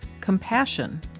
compassion